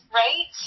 right